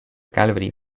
calvary